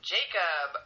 Jacob